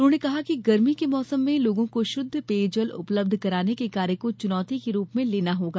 उन्होंने कहा कि गर्मी के मौसम में लोगों को शुद्ध पेयजल उपलब्ध कराने के कार्य को चुनौती के रूप में लेना होगा